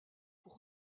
pour